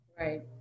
right